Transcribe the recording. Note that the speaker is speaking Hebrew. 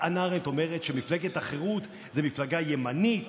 חנה ארנדט אומרת שמפלגת חרות זו מפלגה ימנית,